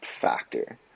factor